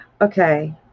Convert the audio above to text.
okay